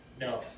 No